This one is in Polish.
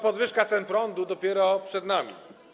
Podwyżka cen prądu dopiero przed nami.